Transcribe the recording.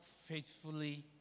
faithfully